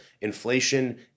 inflation